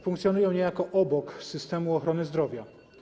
Funkcjonują niejako obok systemu ochrony zdrowia.